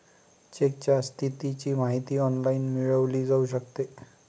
चेकच्या स्थितीची माहिती ऑनलाइन मिळवली जाऊ शकते